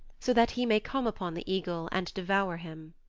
so that he may come upon the eagle and devour him.